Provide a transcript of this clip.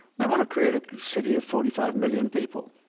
they want to create a city of forty five million people.